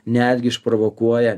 netgi išprovokuoja